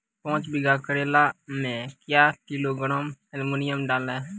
पाँच बीघा करेला मे क्या किलोग्राम एलमुनियम डालें?